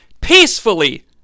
peacefully